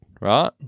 right